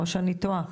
או שאני טועה.